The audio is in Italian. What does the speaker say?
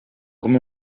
come